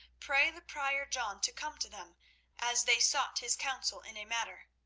pray the prior john to come to them as they sought his counsel in a matter.